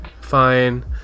fine